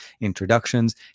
introductions